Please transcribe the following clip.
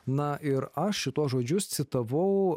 na ir aš šituos žodžius citavau